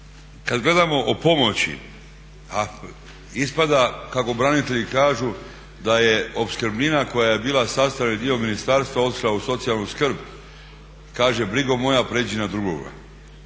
kad gledamo o pomoći ispada kako branitelji kažu da je opskrbnina koja je bila sastavni dio ministarstva otišla u socijalnu skrb. Kaže brigo moja prijeđi na drugoga.